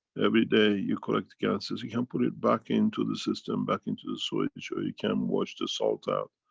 every day you collect the ganses, you can put it back into the system, back into the soil, ensure that you can wash the salts out.